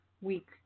week